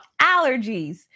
allergies